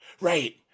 Right